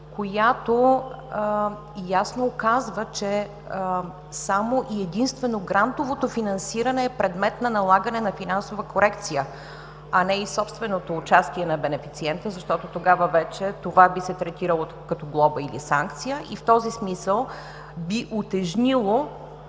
която ясно казва, че само и единствено грантовото финансиране е предмет на налагане на финансова корекция, а не и собственото участие на бенефициента, защото тогава вече това би се третирало като глоба или санкция и в този смисъл би утежнило